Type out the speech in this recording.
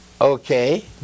Okay